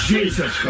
Jesus